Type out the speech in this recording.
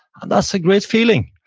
and that's a great feeling,